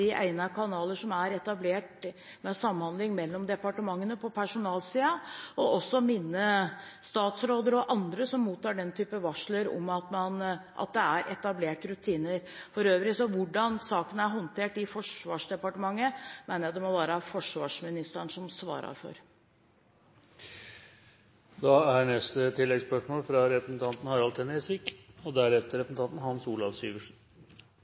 kanaler som er etablert for samhandling mellom departementene på personalsiden, og også minne statsråder og andre som mottar sånne varsler, om at det er etablert rutiner. For øvrig: Hvordan saken er håndtert i Forsvarsdepartementet, mener jeg det må være forsvarsministeren som svarer